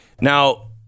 Now